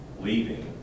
leaving